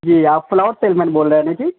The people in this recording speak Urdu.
جی آپ فلاور سیل مین بول رہے ہیں نا جی